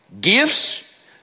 gifts